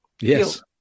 Yes